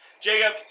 Jacob